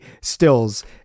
stills